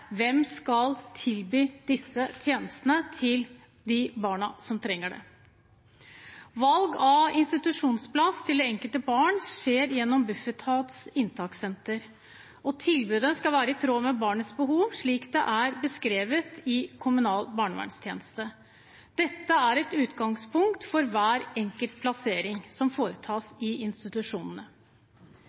Valg av institusjonsplass til det enkelte barn skjer gjennom Bufetats inntakssenter. Tilbudet skal være i tråd med barnets behov, slik det er beskrevet av kommunal barnevernstjeneste. Dette er et utgangspunkt for hver enkelt plassering som foretas i